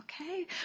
Okay